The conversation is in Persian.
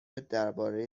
درباره